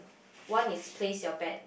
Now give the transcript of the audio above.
one is place your bet